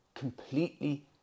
Completely